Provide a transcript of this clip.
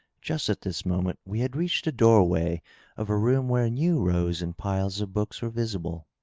just at this moment we had reached the door-way of a room where new rows and piles of books were visible.